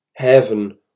Heaven